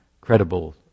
credible